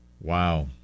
Wow